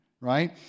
right